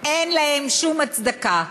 אין להם שום הצדקה.